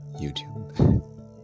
YouTube